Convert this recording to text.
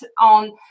on